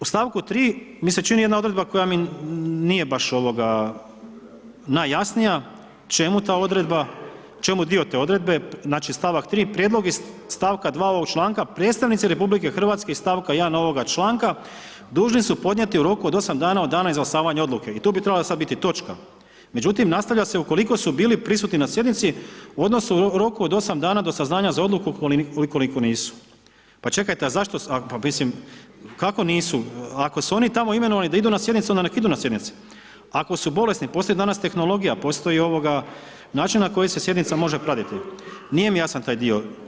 U st. 3. mi se čini jedna odredba koja mi nije baš ovoga najjasnija, čemu ta odredba, čemu dio te odredbe, znači, st. 3. „prijedlog iz st. 2. ovog članka predstavnici RH iz st. 1. ovoga članka, dužni su podnijeti u roku 8 dana od dana izglasavanja odluke“ i tu bi trebala sada biti točka, međutim, nastavlja se „ukoliko su bili prisutni na sjednici odnosno u roku od 8 dana od saznanja za odluku ukoliko nisu“, pa čekajte, a zašto, pa mislim, kako nisu, ako su oni tamo imenovali da idu na sjednicu, nek idu na sjednice, ako su bolesni, postoji danas tehnologija, postoji način na koji se sjednica može pratiti, nije mi jasan taj dio.